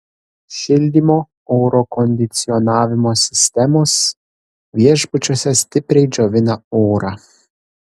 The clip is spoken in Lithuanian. šildymo oro kondicionavimo sistemos viešbučiuose stipriai džiovina orą